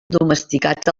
domesticat